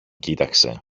κοίταξε